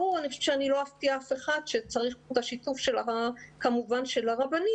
ברור שאני לא אפתיע אף אחד שצריך פה את השיתוף כמובן של הרבנים.